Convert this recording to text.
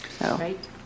Right